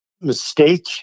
mistake